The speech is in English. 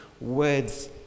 words